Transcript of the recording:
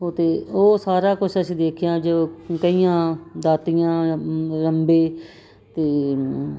ਅਤੇ ਉਹ ਸਾਰਾ ਕੁਝ ਅਸੀਂ ਦੇਖਿਆ ਜੋ ਕਹੀਆਂ ਦਾਤੀਆਂ ਰੰਬੇ ਅਤੇ